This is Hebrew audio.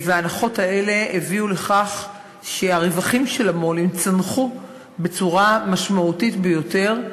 ההנחות האלה הביאו לכך שהרווחים של המו"לים צנחו בצורה משמעותית ביותר,